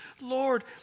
Lord